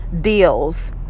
deals